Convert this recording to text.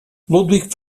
ludwig